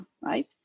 right